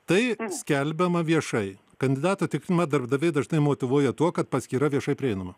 tai skelbiama viešai kandidatų tikrinimą darbdaviai dažnai motyvuoja tuo kad paskyra viešai prieinama